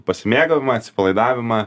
pasimėgavimą atsipalaidavimą